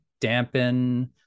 dampen